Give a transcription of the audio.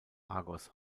argos